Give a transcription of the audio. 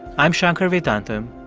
i'm shankar vedantam,